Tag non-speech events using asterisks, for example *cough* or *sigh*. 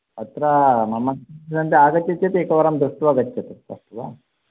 अत्र मम *unintelligible* आगच्छति चेत् एकवारं दृष्ट्वा गच्छतु अस्तु वा